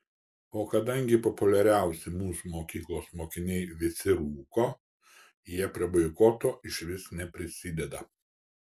o kadangi populiariausi mūsų mokyklos mokiniai visi rūko jie prie boikoto išvis neprisideda